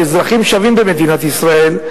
כאזרחים שווים במדינת ישראל.